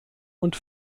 und